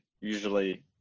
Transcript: usually